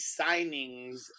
signings